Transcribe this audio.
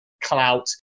clout